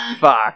Fuck